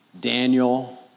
Daniel